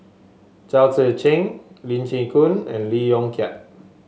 Chao Tzee Cheng Lee Chin Koon and Lee Yong Kiat